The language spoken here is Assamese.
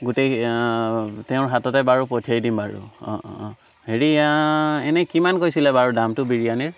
গোটেই তেওঁৰ হাততে বাৰু পঠিয়াই দিম বাৰু অঁ অঁ অঁ হেৰি এনেই কিমান কৈছিলে বাৰু দামটো বিৰিয়ানীৰ